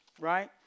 right